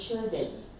do you scan